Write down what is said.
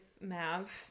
Mav